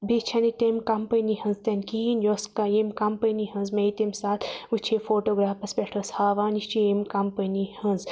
بیٚیٚہ چھَنہٕ یہِ تمہِ کَمپٔنی ہٕنٛز تہِ نہٕ کِہیٖنۍ یۄس یمہِ کمپٔنی ہٕنٛز مےٚ یہِ تمہِ ساتہٕ وٕچھے فوٹوگرافَس پٮ۪ٹھ ٲسۍ ہاوان یہِ چھِ یمہِ کَمپٔنی ہٕنٛز